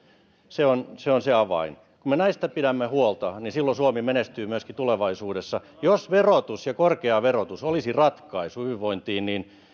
se on se on se avain kun me näistä pidämme huolta niin silloin suomi menestyy myöskin tulevaisuudessa jos verotus ja korkea verotus olisi ratkaisu hyvinvointiin niin